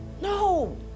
no